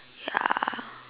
ya